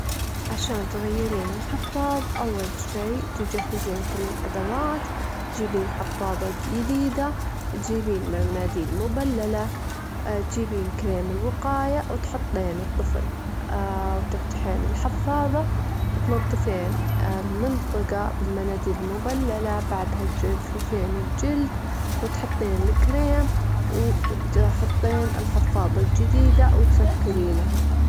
أجمل إجازة لي هي الإجازة الصيفية، لما أجدر أروح أماكن يديدة واستمتع، خصوصًا إن الإجازة الصيفية تكون من الإجازات الطويلة، اللي يستانس الواحد بها ويستمتع ويشوف الأجواء الحارة، وتحسين بالراحة، وتنسين همومك.